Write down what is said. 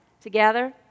Together